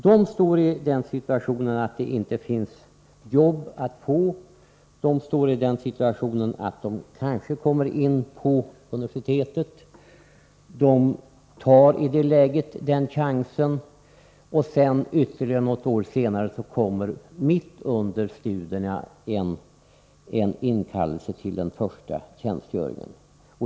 Han befinner sig i den situationen att det inte finns jobb att få och att han kanske kommer in på universitetet. Den chansen tar den värnpliktige i det läget. Något år senare kommer sedan — mitt under studierna — en inkallelse till den första tjänstgöringen.